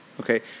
Okay